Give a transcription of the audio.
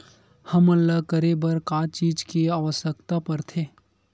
हमन ला करे बर का चीज के आवश्कता परथे?